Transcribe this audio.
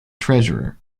treasurer